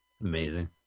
Amazing